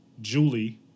Julie